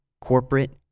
corporate